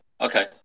Okay